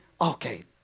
Okay